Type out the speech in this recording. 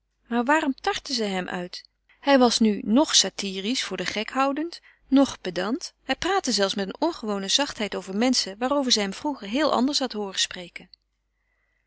maar waarom tartte zij hem uit hij was nu nog satyrisch voor den gekhoudend noch pedant hij praatte zelfs met een ongewone zachtheid over menschen waarover zij hem vroeger heel anders had hooren spreken